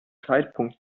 zeitpunkt